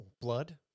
Blood